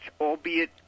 albeit